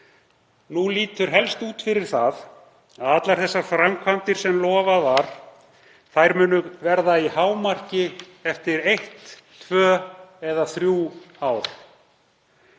Nú lítur helst út fyrir það að allar þær framkvæmdir sem lofað var muni verða í hámarki eftir eitt, tvö eða þrjú ár.